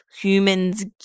humans